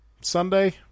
Sunday